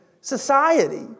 society